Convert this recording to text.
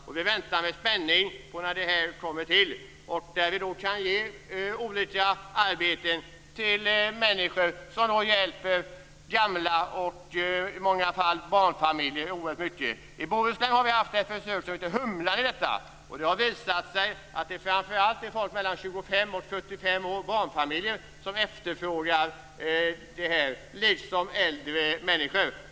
Vi väntar med spänning på att det genomförs. Därigenom kan man ge olika arbeten till människor. De har hjälpt gamla och, i många fall, barnfamiljer oerhört mycket. I Bohuslän har vi genomfört ett försök som heter HUMLA, och det har visat sig att det framför allt är människor mellan 25 och 45 år - barnfamiljer - som efterfrågar detta liksom också äldre människor.